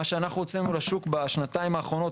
מה שאנחנו הוצאנו לשוק בשנתיים האחרונות,